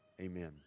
Amen